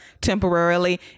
temporarily